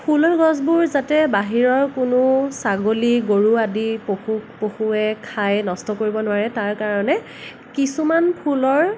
ফুলৰ গছবোৰ যাতে বাহিৰৰ কোনো ছাগলী গৰু আদি পশু পশুৱে খাই নষ্ট কৰিব নোৱাৰে তাৰ কাৰণে কিছুমান ফুলৰ